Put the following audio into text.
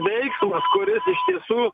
veiksmas kuris iš tiesų